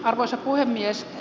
arvoisa puhemies